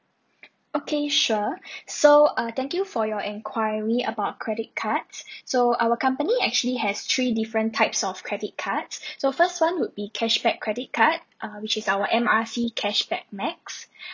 okay sure so uh thank you for your enquiry about credit cards so our company actually has three different types of credit cards so first one would be cashback credit card uh which is our M R C cashback max